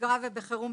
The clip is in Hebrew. בשגרה ובחירום.